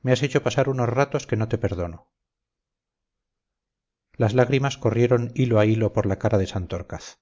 me has hecho pasar unos ratos que no te perdono las lágrimas corrieron hilo a hilo por la cara de santorcaz